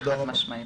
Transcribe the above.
תודה רבה.